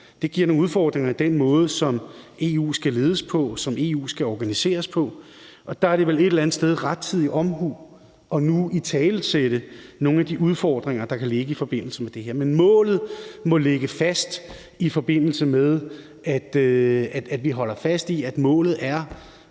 Det giver nogle udfordringer i den måde, som EU skal ledes på, og som EU skal organiseres på, og der er det vel et eller andet sted rettidig omhu nu at italesætte nogle af de udfordringer, der kan ligge i forbindelse med det her. Men vi holder fast i, at målet er